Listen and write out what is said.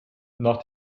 nach